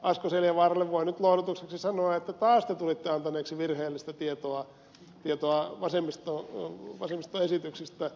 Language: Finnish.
asko seljavaaralle voin nyt lohdutukseksi sanoa että taas te tulitte antaneeksi virheellistä tietoa vasemmistoesityksistä